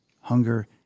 hunger